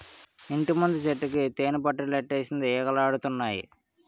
ఇంటిముందు చెట్టుకి తేనిపట్టులెట్టేసింది ఈగలాడతన్నాయి